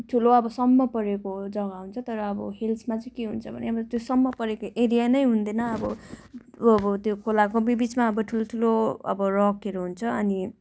ठुलो अब सम्म परेको जग्गा हुन्छ तर अब हिल्समा चाहिँ के हुन्छ भने त्यो सम्म परेको एरिया नै हुँदैन अब अब त्यो खोलाको बि बिचमा अब ठुल्ठुलो अब रकहरू हुन्छ अनि